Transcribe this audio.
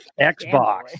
Xbox